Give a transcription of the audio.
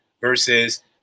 versus